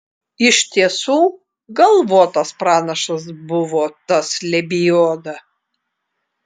iš tiesų galvotas pranašas buvo tas lebioda